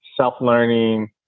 self-learning